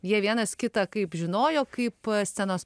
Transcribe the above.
jie vienas kitą kaip žinojo kaip scenos